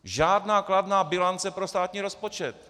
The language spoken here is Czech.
Žádná kladná bilance pro státní rozpočet.